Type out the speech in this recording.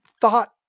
thought